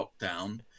lockdown